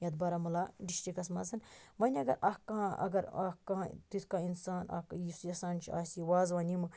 یتھ بارامُلا ڈِسٹِکَس مَنٛز وۄنۍ اگر اکھ کانٛہہ اگر اکھ کانٛہہ تیُتھ کانٛہہ اِنسان اکھ یُس یَژھان چھُ آسہِ یہِ وازوان یِمہٕ